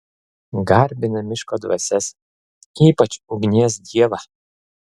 garbina miško dvasias ypač ugnies dievą